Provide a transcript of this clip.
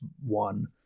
one